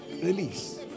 Release